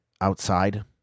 outside